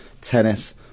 tennis